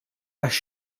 għax